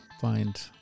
find